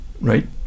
right